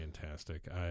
fantastic